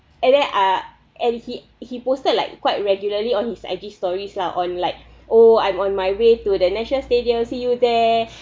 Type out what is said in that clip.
and then uh and he he posted like quite regularly on his I_G stories lah on like oh I'm on my way to the national stadium see you there